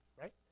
right